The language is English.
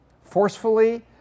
forcefully